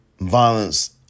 violence